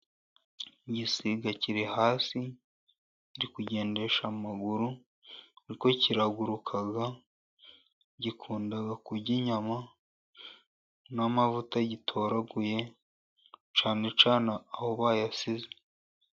Igisiga kiri hasi, kiri kugendesha amaguru, ariko kiraguruka, gikunda kurya inyama n'amavuta gitoraguye, cyane cyane aho bayasize.